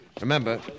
Remember